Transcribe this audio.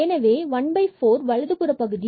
எனவே ¼ வலதுபுற பகுதியில் உள்ளது